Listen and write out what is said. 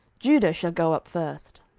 judah shall go up first.